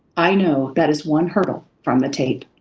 i know that is one hurdle from the tape.